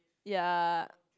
ya